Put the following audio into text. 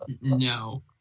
No